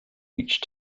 each